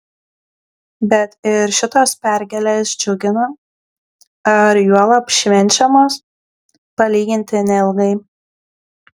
bet ir šitos pergalės džiugina ar juolab švenčiamos palyginti neilgai